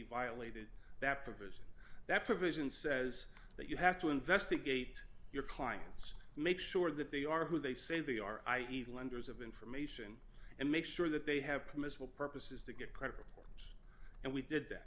violated that provision that provision says that you have to investigate your clients make sure that they are who they say they are i e lenders of information and make sure that they have permissible purposes to get predator and we did that